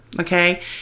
Okay